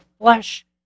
flesh